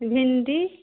भिण्डी